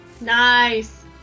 Nice